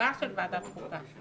ועדת החוקה.